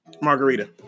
margarita